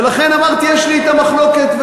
ולכן אמרתי שיש לי אתה מחלוקת,